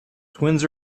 twins